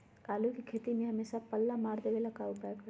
आलू के खेती में हमेसा पल्ला मार देवे ला का उपाय करी?